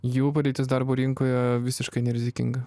jų padėtis darbo rinkoje visiškai nerizikinga